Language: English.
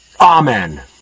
Amen